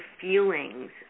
feelings